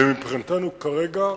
ומבחינתנו כרגע,